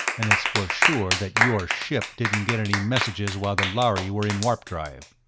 and it's for sure that your ship didn't get any messages while the lhari were in warp-drive.